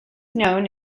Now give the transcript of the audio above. known